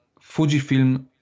Fujifilm